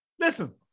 Listen